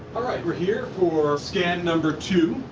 all right, we're here for scan number two.